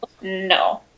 No